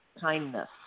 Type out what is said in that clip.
kindness